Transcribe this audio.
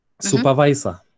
supervisor